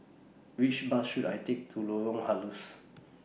Which Bus should I Take to Lorong Halus